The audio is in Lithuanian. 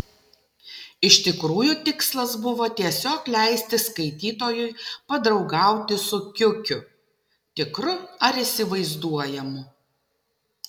iš tikrųjų tikslas buvo tiesiog leisti skaitytojui padraugauti su kiukiu tikru ar įsivaizduojamu